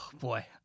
boy